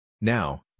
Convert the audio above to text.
Now